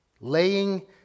Laying